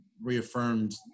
reaffirmed